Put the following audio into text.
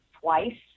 twice